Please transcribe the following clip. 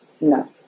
No